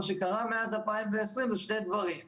מה שקרה מאז 2020 זה שני דברים משמעותיים,